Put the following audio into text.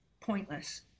pointless